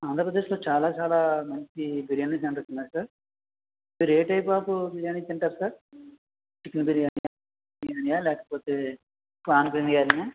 ఆంధ్రప్రదేశ్లో చాలా చాలా మంచి బిర్యానీ సెంటర్స్ ఉన్నాయి సార్ మీరు ఏ టైప్ ఆఫ్ బిర్యాని తింటారు సార్ చికెన్ బిర్యానీనా లేకపోతే ప్రాన్ బిర్యానీనా